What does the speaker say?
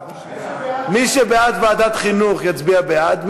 מי שבעד ועדת חינוך יצביע בעד.